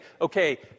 Okay